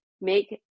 make